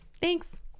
Thanks